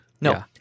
no